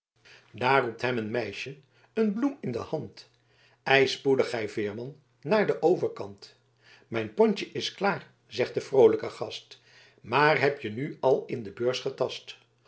roept hem een meisje een bloem in de hand ei spoedig gij veerman naar d overkant mijn pontje is klaar zegt de vroolijke gast maar heb je nu al in de beurs getast